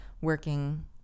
working